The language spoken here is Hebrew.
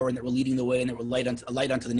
כשיש מוחמד חסן או אנטישמי אחר שנותן את דעתו יש